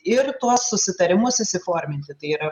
ir tuos susitarimus įsiforminti tai yra